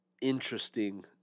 interesting